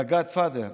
The Godfather,